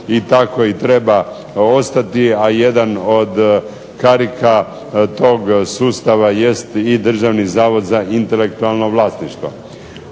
i tako i treba ostati, a jedan od karika tog sustava jest i Državni zavod za intelektualno vlasništvo.